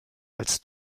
als